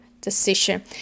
decision